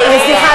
סליחה.